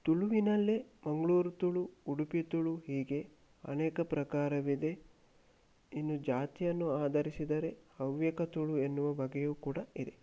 ತುಳುವಿನಲ್ಲೇ ಮಂಗ್ಳೂರು ತುಳು ಉಡುಪಿ ತುಳು ಹೀಗೆ ಅನೇಕ ಪ್ರಕಾರವಿದೆ ಇನ್ನು ಜಾತಿಯನ್ನು ಆಧರಿಸಿದರೆ ಹವ್ಯಕ ತುಳು ಎನ್ನುವ ಬಗೆಯೂ ಕೂಡ ಇದೆ